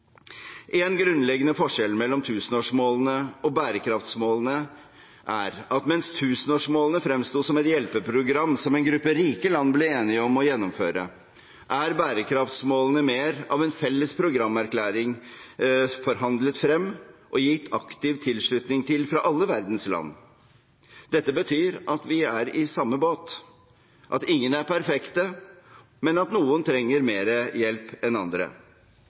En grunnleggende forskjell mellom tusenårsmålene og bærekraftsmålene er at mens tusenårsmålene fremsto som et hjelpeprogram som en gruppe rike land ble enige om å gjennomføre, er bærekraftsmålene mer av en felles programerklæring som er forhandlet frem av og gitt aktiv tilslutning til fra alle verdens land. Dette betyr at vi er i samme båt, at ingen er perfekte, men at noen trenger mer hjelp enn andre.